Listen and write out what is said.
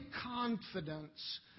confidence